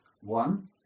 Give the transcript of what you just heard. one